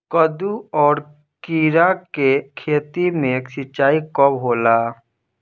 कदु और किरा के खेती में सिंचाई कब होला?